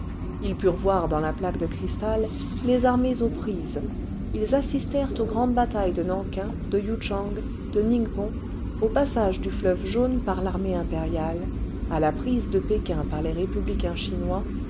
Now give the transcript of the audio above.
ils purent voir dans la plaque de cristal les armées aux prises ils assistèrenl aux grandes batailles de nanking de you tchang cle ningpo au passage du fleuve jaune par l'armée impériale à la prise de pékin par les républicains chinois